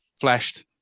flashed